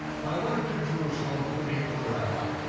i went up to jerusalem to meet with a rabbi.